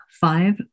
five